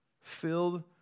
Filled